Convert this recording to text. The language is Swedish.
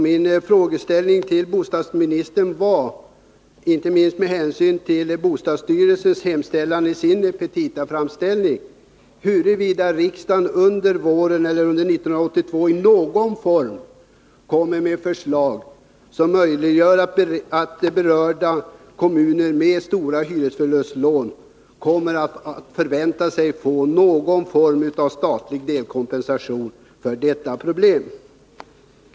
Min frågeställning till bostadsministern var, inte minst med hänsyn till bostadsstyrelsens hemställan i sin petitaframställning, huruvida riksdagen under våren eller senare under 1982 kommer med förslag som möjliggör att berörda kommuner med stora hyresförlustlån kan förvänta sig att få någon form av statlig delkompensation för detta.